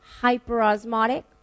hyperosmotic